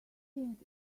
think